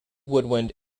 winwood